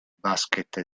basket